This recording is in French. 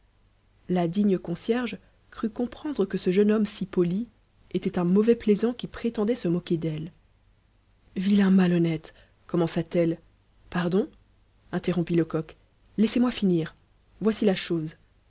la digne concierge crut comprendre que ce jeune homme si poli était un mauvais plaisant qui prétendait se moquer d'elle vilain malhonnête commença-t-elle pardon interrompit lecoq laissez-moi finir voici la chose